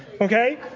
okay